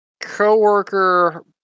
coworker